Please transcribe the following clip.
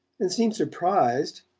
and seemed surprised,